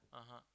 (uh huh)